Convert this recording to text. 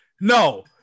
no